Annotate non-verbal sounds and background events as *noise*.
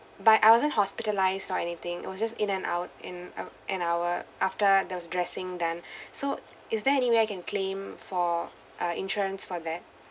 but I wasn't hospitalised or anything it was just in and out in uh an hour after there was dressing done *breath* so is there any way I can claim for uh insurance for that